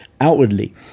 outwardly